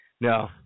No